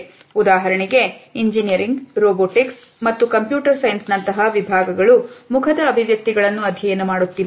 ಉದಾಹರಣೆಗೆ engineering robotics ಮತ್ತು computer science ನಂತಹ ವಿಭಾಗಗಳು ಮುಖದ ಅಭಿವ್ಯಕ್ತಿಗಳನ್ನು ಅಧ್ಯಯನ ಮಾಡುತ್ತಿವೆ